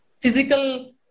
physical